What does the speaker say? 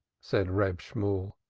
said reb shemuel.